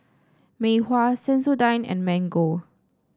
Mei Hua Sensodyne and Mango